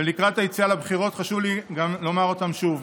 ולקראת היציאה לבחירות חשוב לי לומר אותן שוב,